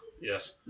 yes